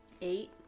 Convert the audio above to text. eight